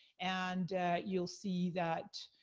and you'll see that,